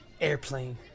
Airplane